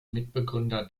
mitbegründer